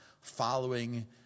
following